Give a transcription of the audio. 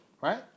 right